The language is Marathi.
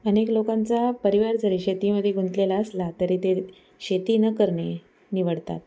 अनेक लोकांचा परिवार जरी शेतीमध्ये गुंतलेला असला तरी ते शेती न करणे निवडतात